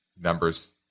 numbers